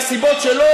מהסיבות שלו,